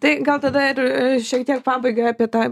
tai gal tada ir šiek tiek pabaigai apie tą